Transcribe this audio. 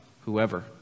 whoever